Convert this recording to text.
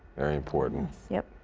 very important. yep.